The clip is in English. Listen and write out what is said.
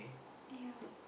ya